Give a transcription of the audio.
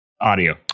audio